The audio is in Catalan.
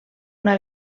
una